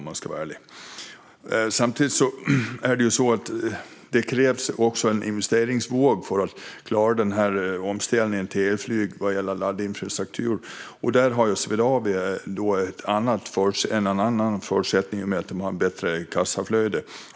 Det krävs också en investeringsvåg vad gäller laddinfrastruktur för att klara omställningen till elflyg. Här har Swedavia en bättre förutsättning i och med att man har större kassaflöde.